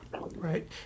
Right